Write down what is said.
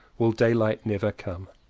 will daylight never come?